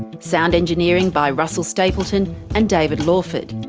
sound engineering by russell stapleton and david lawford.